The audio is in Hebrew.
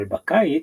אבל בקיץ...